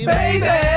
Baby